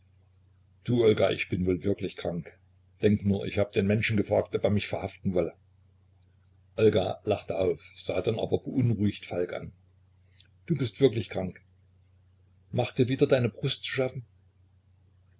du olga ich bin wohl wirklich krank denk nur ich habe den menschen gefragt ob er mich verhaften wolle olga lachte auf sah dann aber beunruhigt falk an du bist wirklich krank macht dir wieder deine brust zu schaffen